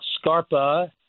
Scarpa